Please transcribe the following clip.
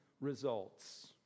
results